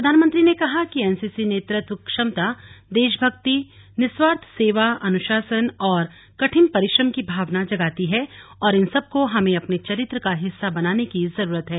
प्रधानमंत्री ने कहा कि एनसीसी नेतृत्व क्षमता देशभक्ति निस्वार्थ सेवा अनुशासन और कठिन परिश्रम की भावना जगाती है और इन सबको हमें अपने चरित्र का हिस्सा बनाने की जरूरत है